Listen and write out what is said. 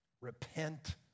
Repent